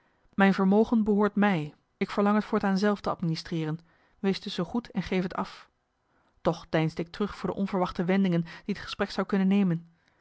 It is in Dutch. mijn vermogen behoort mij ik verlang t voortaan zelf te administreeren wees dus zoo goed en geef t af toch deinsde ik terug voor de onverwachte wendingen die het gesprek zou kunnen nemen